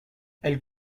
elle